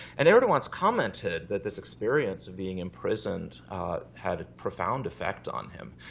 and erdogan's commented that this experience of being imprisoned had a profound effect on him.